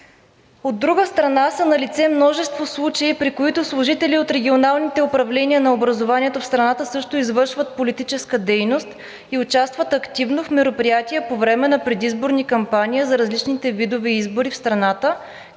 „От друга страна, са налице множество случаи, при които служители от регионалните управления на образованието в страната също извършват политическа дейност и участват активно в мероприятия по време на предизборни кампании за различните видове избори в страната